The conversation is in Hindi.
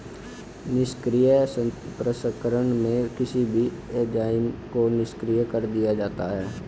निष्क्रिय प्रसंस्करण में किसी भी एंजाइम को निष्क्रिय कर दिया जाता है